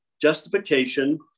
Justification